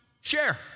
share